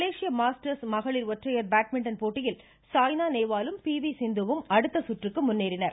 Malaysia Masters மகளிர் ஒற்றையர் badminton போட்டியில் சாய்னா நேவாலும் பி வி சிந்துவும் அடுத்த சுற்றுக்கு முன்னேறினர்